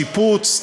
שיפוץ,